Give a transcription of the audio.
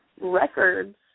records